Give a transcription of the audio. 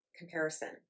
comparison